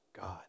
God